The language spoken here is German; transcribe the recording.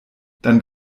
dann